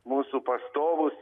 mūsų pastovūs